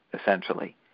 essentially